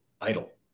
idle